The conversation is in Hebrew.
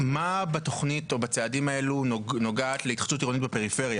מה בתוכנית או בצעדים האלה נוגע להתחדשות עירונית בפריפריה?